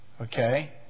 Okay